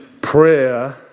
Prayer